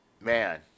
Man